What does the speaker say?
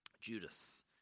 Judas